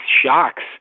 shocks